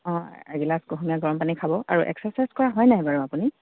অঁ এগিলাছ কুহুমীয়া গৰম পানী খাব আৰু এক্সাৰচাইজ কৰা হয় নাই বাৰু আপুনি